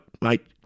mate